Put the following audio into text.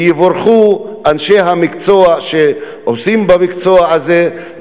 יבורכו אנשי המקצוע שעוסקים במקצוע הזה.